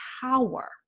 power